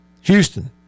Houston